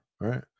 right